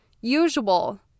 usual